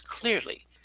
clearly